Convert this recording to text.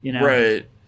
Right